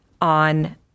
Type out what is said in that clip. on